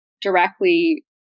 directly